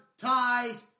Ties